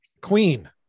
Queen